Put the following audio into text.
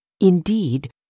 Indeed